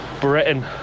Britain